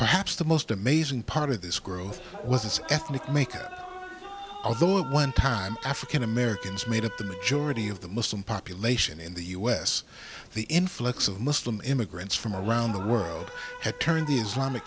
perhaps the most amazing part of this growth was its ethnic makeup although at one time african americans made up the majority of the muslim population in the us the influx of muslim immigrants from around the world had turned the islamic